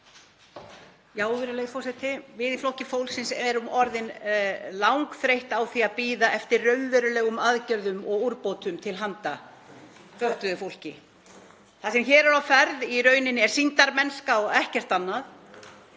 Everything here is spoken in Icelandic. Við í Flokki fólksins erum orðin langþreytt á því að bíða eftir raunverulegum aðgerðum og úrbótum til handa fötluðu fólki. Það sem hér er í rauninni á ferð er sýndarmennska og ekkert annað